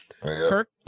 Kirk